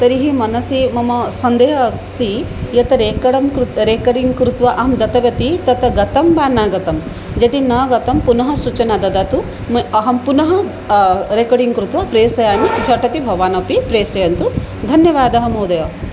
तर्हि मनसि मम सन्देहः अस्ति यत् रेकडं कृत् रेकडिङ्ग् कृत्वा अहं दत्तवती तत् गतं वा न गतं यदि न गतं पुनः सूचनां ददातु म अहं पुनः रेकर्डिङ्ग् कृत्वा प्रेषयामि झटति भवान् अपि प्रेषयन्तु धन्यवादः महोदय